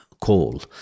coal